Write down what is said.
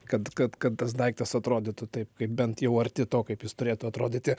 kad kad kad tas daiktas atrodytų taip kaip bent jau arti to kaip jis turėtų atrodyti